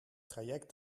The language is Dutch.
traject